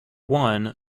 one